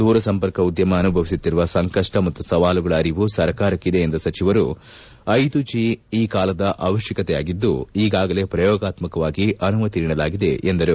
ದೂರಸಂಪರ್ಕ ಉದ್ದಮ ಅನುಭವಿಸುತ್ತಿರುವ ಸಂಕಷ್ಟ ಹಾಗೂ ಸವಾಲುಗಳ ಅರಿವು ಸರ್ಕಾರಕ್ಕಿದೆ ಎಂದ ಸಚಿವರು ಜ ಈ ಕಾಲದ ಅಮ್ತ್ತಕತೆಯಾಗಿದ್ದು ಈಗಾಗಲೇ ಪ್ರಯೋಗಾತ್ಮಕವಾಗಿ ಅನುಮತಿ ನೀಡಲಾಗಿದೆ ಎಂದರು